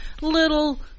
little